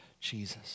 Jesus